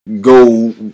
go